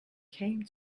came